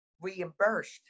reimbursed